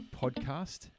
podcast